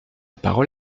parole